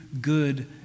good